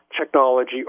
technology